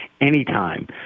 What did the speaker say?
anytime